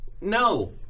No